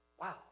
Wow